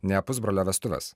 ne pusbrolio vestuvės